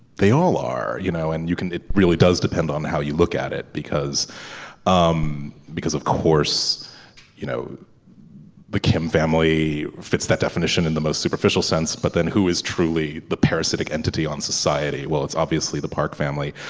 they all are. you know and you can it really does depend on how you look at it because um because of course you know the kim family fits that definition in the most superficial sense but then who is truly the parasitic entity on society well it's obviously the park family.